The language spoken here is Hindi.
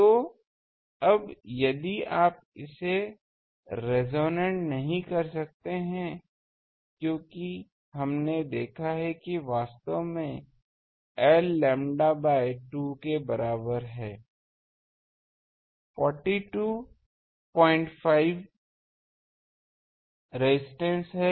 तो अब यदि आप इसे रेसोनेन्ट नहीं कर सकते हैं क्योंकि हमने देखा है कि वास्तव में एल लैम्बडा बाय 2 के बराबर है 425 ohm रेजिस्टेंस है